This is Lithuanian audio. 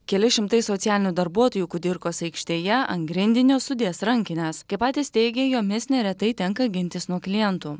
keli šimtai socialinių darbuotojų kudirkos aikštėje ant grindinio sudės rankines kaip patys teigia jomis neretai tenka gintis nuo klientų